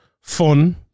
fun